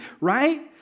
right